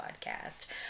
podcast